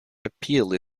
appeal